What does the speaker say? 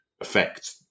affect